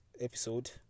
episode